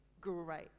Great